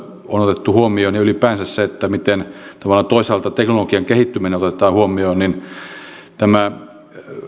on otettu huomioon ja ylipäänsä miten tavallaan toisaalta teknologian kehittyminen otetaan huomioon tämä